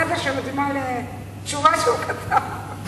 אני חושבת שבשבוע הבא אני אגיש הצעה לסדר שמתאימה לתשובה שהוא כתב.